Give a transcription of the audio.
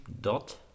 dot